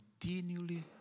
continually